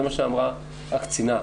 זה מה שאמרה הקצינה.